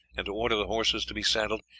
and to order the horses to be saddled,